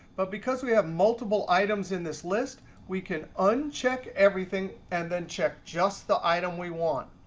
but because we have multiple items in this list, we can uncheck everything and then check just the item we want.